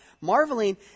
Marveling